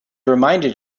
reminded